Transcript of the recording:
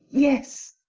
yes,